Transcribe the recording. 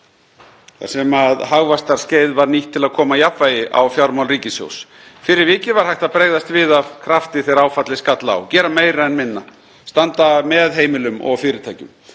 þar sem hagvaxtarskeið var nýtt til að koma jafnvægi á fjármál ríkissjóðs. Fyrir vikið var hægt að bregðast við af fullum krafti þegar áfallið skall á, gera meira en minna og standa með heimilum og fyrirtækjum.